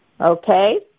Okay